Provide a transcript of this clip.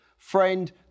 Friend